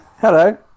hello